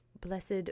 blessed